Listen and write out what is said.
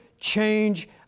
change